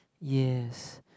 yes